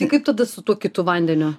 o tai kaip tada su tuo kitu vandeniu